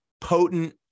potent